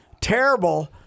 Terrible